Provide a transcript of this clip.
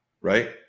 right